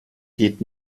geht